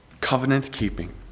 covenant-keeping